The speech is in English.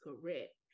correct